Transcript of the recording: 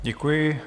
Děkuji.